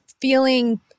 feeling